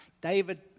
David